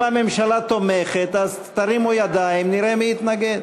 אם הממשלה תומכת אז תרימו ידיים, נראה מי יתנגד.